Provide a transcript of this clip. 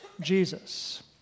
Jesus